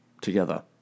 together